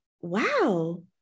wow